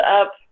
up